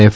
F